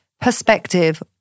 perspective